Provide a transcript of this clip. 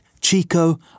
Chico